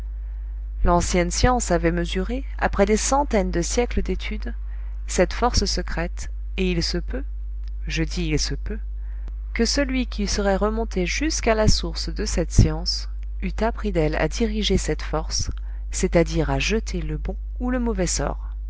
l'ancienne science avait mesuré après des centaines de siècles d'étude cette force secrète et il se peut je dis il se peut que celui qui serait remonté jusqu'à la source de cette science eût appris d'elle à diriger cette force c'est-à-dire à jeter le bon ou le mauvais sort